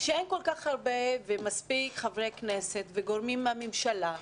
שאין כל כך הרבה ומספיק חברי כנסת וגורמים מהממשלה.